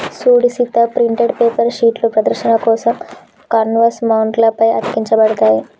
సూడు Sita printed paper షీట్లు ప్రదర్శన కోసం కాన్వాస్ మౌంట్ల పై అతికించబడతాయి